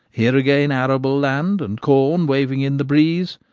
here again arable land and corn waving in the breeze,